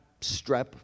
strep